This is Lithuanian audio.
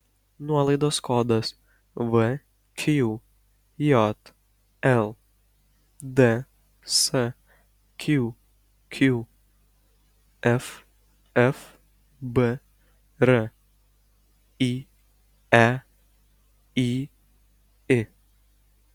nuolaidos kodas vqjl dsqq ffbr ieyi